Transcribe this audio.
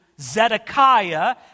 Zedekiah